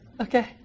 Okay